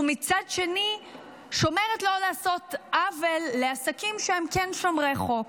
ומצד שני שומרת לא לעשות עוול לעסקים שהם כן שומרי חוק.